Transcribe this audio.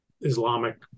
islamic